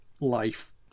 life